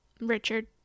Richard